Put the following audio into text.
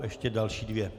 Ještě další dvě.